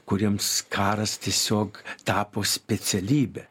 kuriems karas tiesiog tapo specialybe